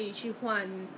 !huh! !wah!